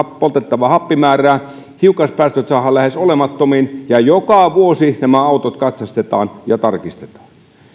poltettavaa happimäärää hiukkaspäästöt saadaan lähes olemattomiin ja joka vuosi nämä autot katsastetaan ja tarkistetaan